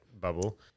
bubble